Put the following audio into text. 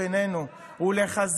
תודה